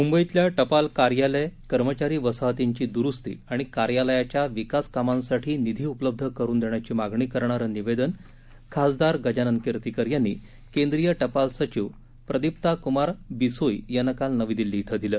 मुंबईतल्या टपाल कार्यालय कर्मचारी वसाहतींची दुरुस्ती आणि कार्यालयाच्या विकास कामांसाठी निधी उपलब्ध करुन देण्याची मागणी करणारं निवेदन खासदार गजानन कीर्तिकर यांनी केंद्रीय टपाल सचिव प्रदिप्ता कुमार बीसोई यांना काल नवी दिल्ली इथं दिलं